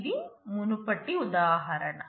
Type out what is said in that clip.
ఇది మునుపటి ఉదాహరణ